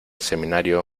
seminario